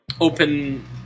open